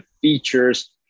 features